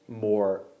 more